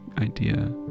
idea